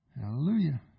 Hallelujah